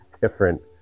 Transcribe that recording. different